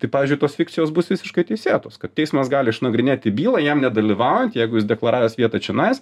tai pavyzdžiui tos fikcijos bus visiškai teisėtos kad teismas gali išnagrinėti bylą jam nedalyvaujant jeigu jis deklaravęs vietą čionais